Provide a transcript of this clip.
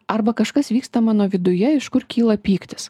arba kažkas vyksta mano viduje iš kur kyla pyktis